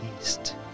east